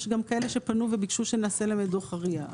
יש כאלה גם שפנו וביקשו שנעשה להם את דו"ח ה-RIA,